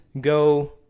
go